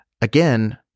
again